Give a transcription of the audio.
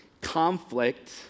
conflict